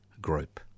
group